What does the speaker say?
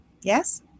Yes